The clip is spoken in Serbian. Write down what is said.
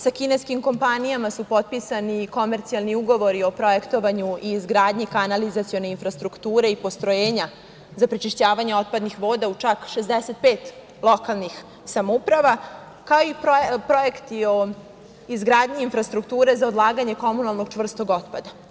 Sa kineskim kompanijama su potpisani i komercijalni ugovori o projektovanju i izgradnji kanalizacione infrastrukture i postrojenja za prečišćavanje otpadnih voda u čak 65 lokalnih samouprava, kao i projekti o izgradnji infrastrukture za odlaganje komunalnog čvrstog otpada.